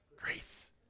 Grace